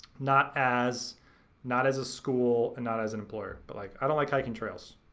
not as not as a school and not as an employer, but like i don't like hiking trails.